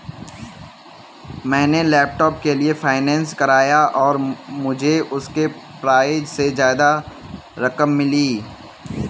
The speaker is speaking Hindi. मैंने लैपटॉप के लिए फाइनेंस कराया और मुझे उसके प्राइज से ज्यादा रकम मिली